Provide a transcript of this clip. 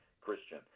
Christian